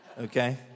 okay